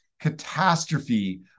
catastrophe